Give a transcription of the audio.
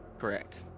Correct